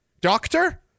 Doctor